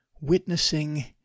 witnessing